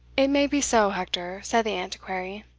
it may be so, hector, said the antiquary,